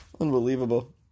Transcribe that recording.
Unbelievable